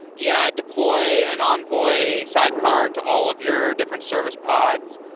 yeah, deploy and envoy sidecar to all of your different service pods.